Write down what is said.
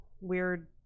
weird